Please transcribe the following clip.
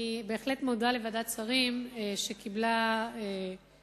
אני בהחלט מודה לוועדת השרים שקיבלה גם